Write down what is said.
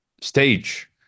stage